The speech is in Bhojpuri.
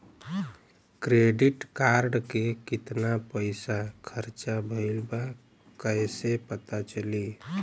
क्रेडिट कार्ड के कितना पइसा खर्चा भईल बा कैसे पता चली?